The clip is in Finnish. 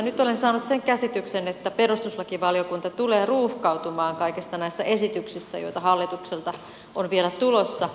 nyt olen saanut sen käsityksen että perustuslakivaliokunta tulee ruuhkautumaan kaikista näistä esityksistä joita hallitukselta on vielä tulossa